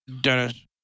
Dennis